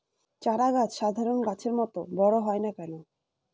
চারা গাছ সাধারণ গাছের মত বড় হয় না কেনো?